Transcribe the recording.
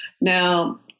Now